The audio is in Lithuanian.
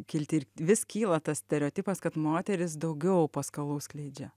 kilti ir vis kyla tas stereotipas kad moterys daugiau paskalų skleidžia